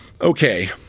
okay